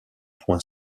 point